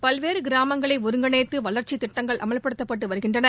பல்வேறு கிராமங்களை ஒருங்கிணைத்து வளர்ச்சித் திட்டங்கள் அமல்படுத்தப்பட்டு வருகின்றன